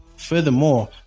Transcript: Furthermore